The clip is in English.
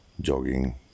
jogging